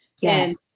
Yes